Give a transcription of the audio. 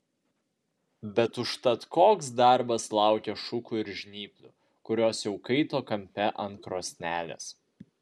bet užtat koks darbas laukė šukų ir žnyplių kurios jau kaito kampe ant krosnelės